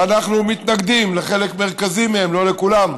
שאנחנו מתנגדים לחלק מרכזי מהם, לא לכולם,